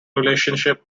relationship